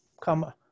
come